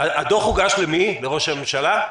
הוגש הדוח, לראש הממשלה?